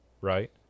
right